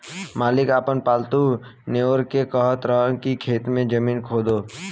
मालिक आपन पालतु नेओर के कहत रहन की खेत के जमीन खोदो